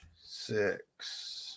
six